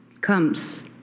comes